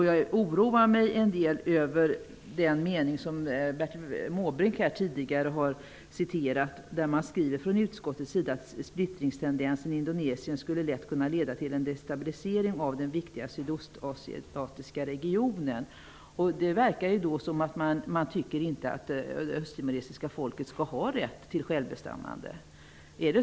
Jag oroar mig en del över den mening som Bertil Måbrink tidigare citerade där utskottet skriver: ''Splittringstendenser i Indonesien skulle lätt kunna leda till en destabilisering av den viktiga sydostasiatiska regionen.'' Det verkar som om man inte tycker att det östtimoresiska folket skall ha rätt till självbestämmande.